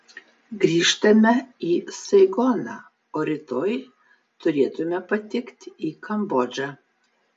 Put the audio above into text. grįžtame į saigoną o rytoj turėtume patekti į kambodžą